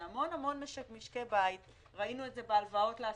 שהמון-המון משקי בית ראינו את זה בהלוואות לעסקים: